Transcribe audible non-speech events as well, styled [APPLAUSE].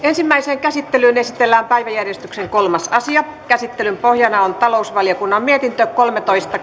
[UNINTELLIGIBLE] ensimmäiseen käsittelyyn esitellään päiväjärjestyksen kolmas asia käsittelyn pohjana on talousvaliokunnan mietintö kolmetoista [UNINTELLIGIBLE]